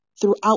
Throughout